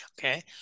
Okay